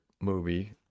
movie